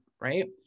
Right